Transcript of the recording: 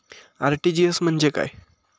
RTGS म्हणजे काय?